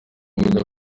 ujya